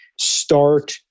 start